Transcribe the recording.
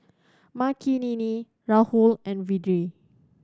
Makineni Rahul and Vedre